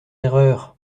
erreur